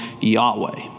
Yahweh